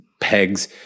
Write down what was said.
pegs